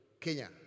Kenya